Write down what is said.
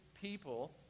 people